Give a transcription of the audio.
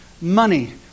money